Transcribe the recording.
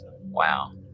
wow